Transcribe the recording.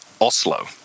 Oslo